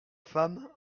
femme